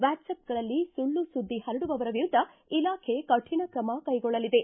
ವಾಟ್ಸಪ್ಗಳಲ್ಲಿ ಸುಳ್ಳು ಸುದ್ದಿ ಹರಡುವವರ ವಿರುದ್ದ ಇಲಾಖೆ ಕಾಣ ತ್ರಮ ಕೈಗೊಳ್ಳಲಿದೆ